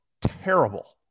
terrible